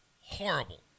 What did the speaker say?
horrible